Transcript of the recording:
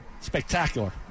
Spectacular